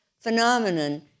phenomenon